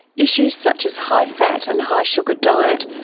issues such as high fat and high sugar diet,